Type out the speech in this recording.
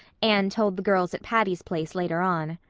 anne told the girls at patty's place later on.